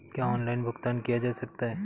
क्या ऑनलाइन भुगतान किया जा सकता है?